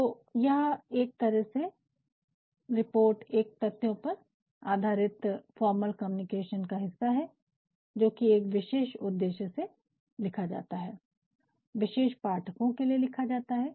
तो एक तरह से रिपोर्ट एक तथ्यों पर आधारित फॉर्मल कम्युनिकेशन का हिस्सा है जो कि एक विशेष उद्देश्य से लिखा जाता है विशेष पाठकों के लिए लिखा जाता है